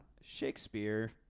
Shakespeare